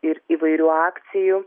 ir įvairių akcijų